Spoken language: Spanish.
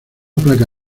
placa